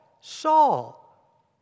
Saul